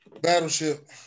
Battleship